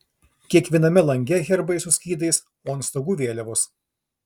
kiekviename lange herbai su skydais o ant stogų vėliavos